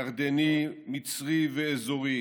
ירדני, מצרי ואזורי